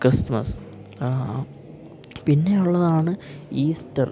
Christmas ആ പിന്നെയുള്ളതാണ് Easter